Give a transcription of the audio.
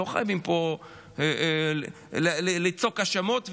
לא חייבים פה לצעוק האשמות ולהגיד: